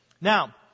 Now